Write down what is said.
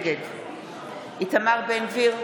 נגד איתמר בן גביר,